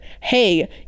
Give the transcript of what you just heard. hey